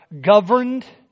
governed